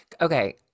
Okay